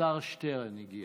השר שטרן הגיע.